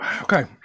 Okay